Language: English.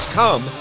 come